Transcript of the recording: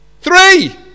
Three